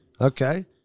Okay